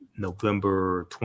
November